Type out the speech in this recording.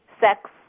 sex